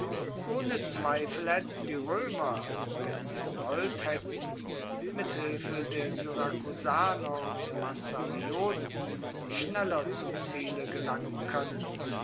ohne zweifel haetten die roemer wenn sie gewollt haetten mit hilfe der syrakusaner und massalioten schneller zum ziele gelangen koennen